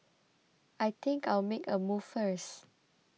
I think I'll make a move first